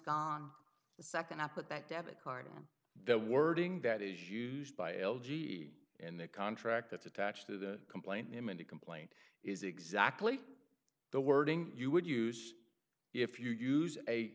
gone the second i put that debit card and the wording that is used by l g in the contract that's attached to the complaint name and a complaint is exactly the wording you would use if you use a